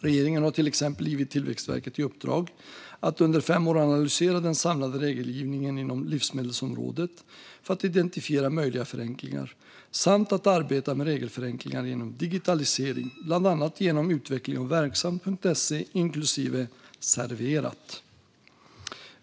Regeringen har till exempel givit Tillväxtverket i uppdrag att under fem år analysera den samlade regelgivningen inom livsmedelsområdet för att identifiera möjliga förenklingar samt att arbeta med regelförenklingar genom digitalisering, bland annat genom utveckling av Verksamt.se, inklusive Serverat.